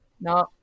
No